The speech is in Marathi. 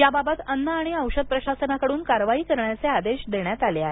याबाबत अन्न आणि औषध प्रशासनाकडून कारवाई करण्याचे आदेश देण्यात आले आहेत